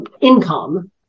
income